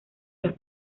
los